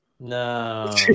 No